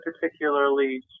particularly